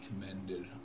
commended